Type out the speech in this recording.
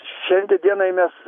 šiandie dienai mes